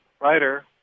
writer